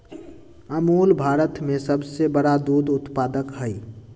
अमूल भारत में सबसे बड़ा दूध उत्पादक हई